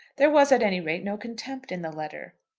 there was, at any rate, no contempt in the letter.